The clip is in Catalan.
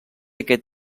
aquest